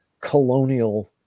colonial